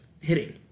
hitting